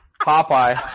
Popeye